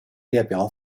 列表